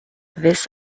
this